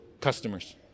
customers